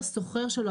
הסוחר שלו,